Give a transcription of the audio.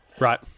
right